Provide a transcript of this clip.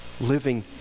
living